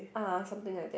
ah something like that